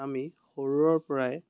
আমি সৰুৰ পৰাই